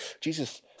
Jesus